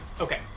Okay